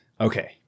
Okay